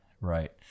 right